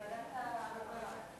ועדת העבודה.